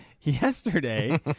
yesterday